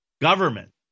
government